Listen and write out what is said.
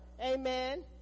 amen